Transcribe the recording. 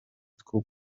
two